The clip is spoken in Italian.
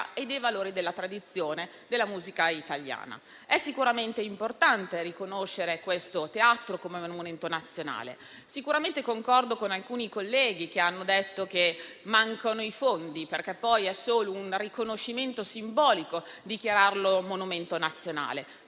e dei valori della tradizione della musica italiana. È sicuramente importante riconoscere questo Teatro come monumento nazionale. Concordo con alcuni colleghi che hanno detto che mancano i fondi perché poi dichiararlo monumento nazionale